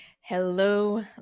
Hello